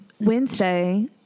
wednesday